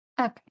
Okay